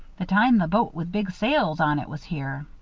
the time the boat with big sails on it was here.